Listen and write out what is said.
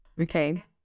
Okay